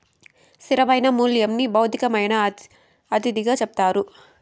స్థిరమైన మూల్యంని భౌతికమైన అతిథిగా చెప్తారు